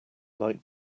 like